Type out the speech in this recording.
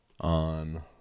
on